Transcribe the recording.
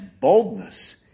boldness